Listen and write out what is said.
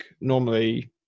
normally